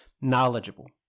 knowledgeable